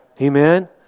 Amen